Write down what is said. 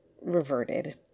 reverted